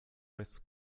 risks